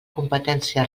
competència